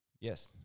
Yes